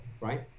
right